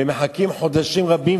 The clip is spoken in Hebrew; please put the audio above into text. ומחכים חודשים רבים,